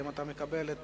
האם אתה מקבל את